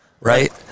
Right